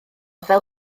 fel